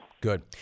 Good